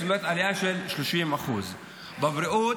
זאת אומרת עלייה של 30%; בבריאות,